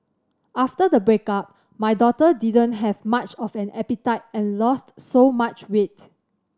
after the breakup my daughter didn't have much of an appetite and lost so much weight